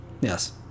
Yes